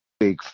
big